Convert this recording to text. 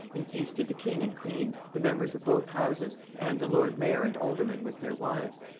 and feasted the king and queen, the members of both houses, and the lord-mayor and aldermen with their wives.